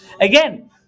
Again